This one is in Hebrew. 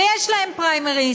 ויש להם פריימריז.